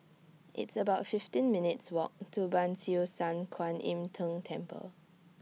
It's about fifteen minutes' Walk to Ban Siew San Kuan Im Tng Temple